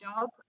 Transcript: job